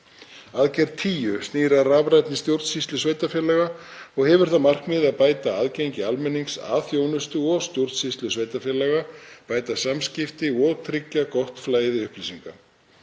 Aðgerð tíu snýr að rafrænni stjórnsýslu sveitarfélaga og hefur það að markmiði að bæta aðgengi almennings að þjónustu og stjórnsýslu sveitarfélaga, bæta samskipti og tryggja gott flæði upplýsinga.